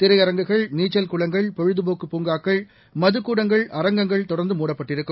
திரையரங்குகள் நீச்சல் குளங்கள் பொழுதுபோக்கு பூங்காக்கள் மதுக்கூடங்கள் அரங்கங்கள் தொடர்ந்து மூடப்பட்டிருக்கும்